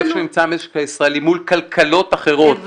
איפה שנמצא המשק הישראלי מול כלכלות אחרות,